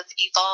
evolved